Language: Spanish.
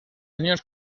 niños